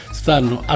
stanno